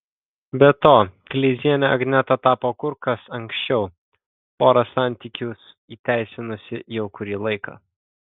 be to kleiziene agneta tapo kur kas anksčiau pora santykius įteisinusi jau kurį laiką